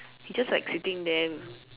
he just like sitting there